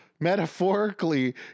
Metaphorically